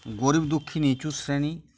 গরিব দুঃখী নিচু শ্রেণীর